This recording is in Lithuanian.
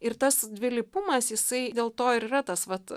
ir tas dvilypumas jisai dėl to ir yra tas vat